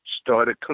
started